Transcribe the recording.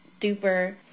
duper